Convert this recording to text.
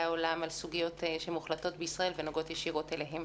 העולם על סוגיות שמוחלטות בישראל ונוגעות ישירות אליהם.